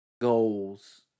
Goals